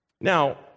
Now